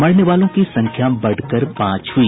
मरने वालों की संख्या बढ़कर पांच हुई